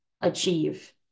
achieve